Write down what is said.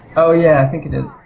oh yeah, i think it is.